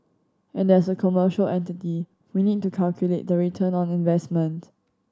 and as a commercial entity we need to calculate the return on investment